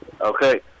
Okay